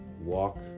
walk